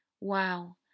Wow